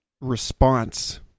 response